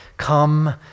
come